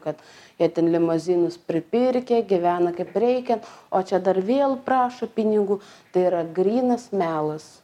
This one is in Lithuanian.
kad jie ten limuzinus pripirkę gyvena kaip reikia o čia dar vėl prašo pinigų tai yra grynas melas